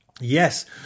Yes